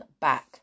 back